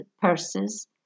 purses